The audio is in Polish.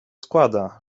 składa